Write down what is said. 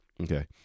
okay